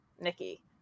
Nikki